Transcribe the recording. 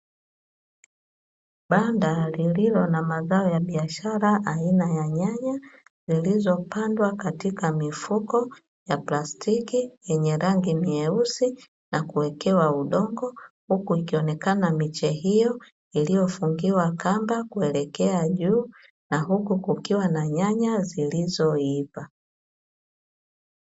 Banda lililo na mazao ya biashara aina ya nyanya zilizopandwa katika mifuko ya plastiki yenye rangi nyeusi na kuwekewa udongo, huku ikionekana miche hiyo iliyofungiwa kamba kuelekea juu na huku kukiwa na nyanya zilizoiva.